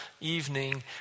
evening